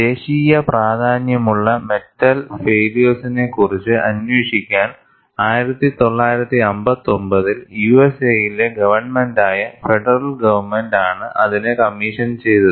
ദേശീയ പ്രാധാന്യമുള്ള മെറ്റൽ ഫൈയ്ലുവേഴ്സിനെക്കുറിച്ച് അന്വേഷിക്കാൻ 1959 ൽ USAയിലെ ഗവൺമെന്റായ ഫെഡറൽ ഗവണ്മെന്റ് ആണ് അതിനെ കമ്മീഷൻ ചെയ്തത്